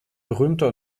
berühmter